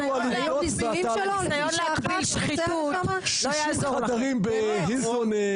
60 חדרים בהילטון.